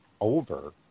over